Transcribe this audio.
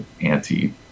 anti